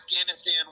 Afghanistan